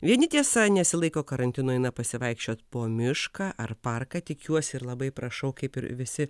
vieni tiesa nesilaiko karantino eina pasivaikščiot po mišką ar parką tikiuosi ir labai prašau kaip ir visi